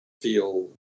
feel